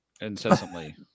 incessantly